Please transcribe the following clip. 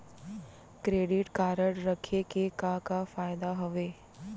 Credit card रखे के का का फायदा हवे?